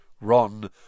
Ron